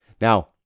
now